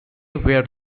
were